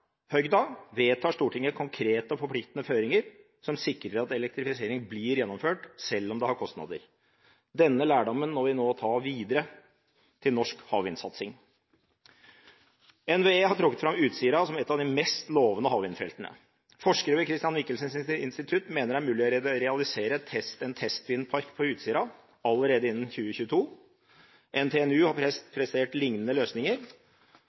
vedtar Stortinget konkrete og forpliktende føringer som sikrer at elektrifisering blir gjennomført selv om det har kostnader. Denne lærdommen må vi nå ta videre til norsk havvindsatsing. NVE har trukket fram Utsira som et av de mest lovende havvindfeltene. Forskere ved Chr. Michelsens institutt mener det er mulig å realisere en testvindpark på Utsira allerede innen 2022, NTNU har presentert lignende løsninger,